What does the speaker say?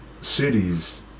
cities